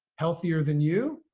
healthier than you?